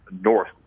north